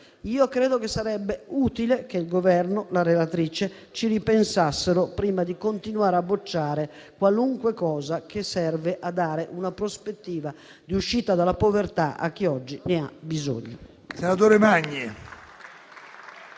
Credo che sarebbe utile che il Governo e la relatrice ci ripensassero prima di continuare a bocciare qualunque cosa che serve a dare una prospettiva di uscita dalla povertà a chi oggi ne ha bisogno.